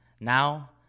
now